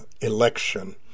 election